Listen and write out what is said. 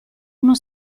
uno